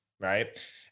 right